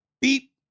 Beep